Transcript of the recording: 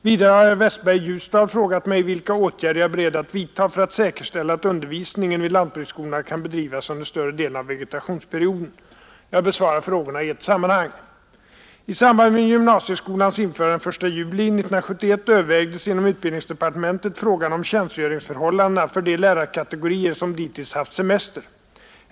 Vidare har herr Westberg i Ljusdal frågat mig vilka åtgärder jag är beredd att vidta för att säkerställa att undervisningen vid lantbruksskolorna kan bedrivas under större delen av vegetationsperioden. Jag besvarar frågorna i ett sammanhang. I samband med gymnasieskolans införande den 1 juli 1971 övervägdes inom utbildningsdehbartementet frågan om tjänstgöringsförhållandena för de lärarkategorier som dittills haft semester.